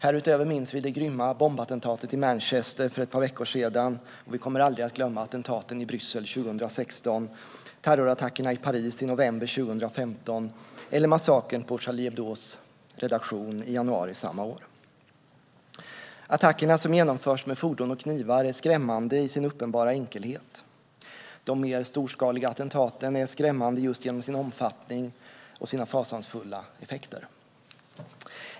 Härutöver minns vi det grymma bombattentatet i Manchester för ett par veckor sedan, och vi kommer aldrig att glömma attentaten i Bryssel 2016, terrorattackerna i Paris i november 2015 eller massakern på Charlie Hebdos redaktion i januari samma år. Attackerna som genomförs med fordon och knivar är skrämmande i sin uppenbara enkelhet. De mer storskaliga attentaten är skrämmande just genom sin omfattning och sina fasansfulla effekter.